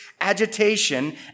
agitation